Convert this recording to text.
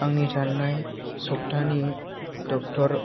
आंनि थांनाय सप्तानि डक्टर